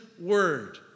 word